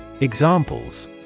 Examples